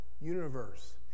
universe